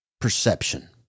perception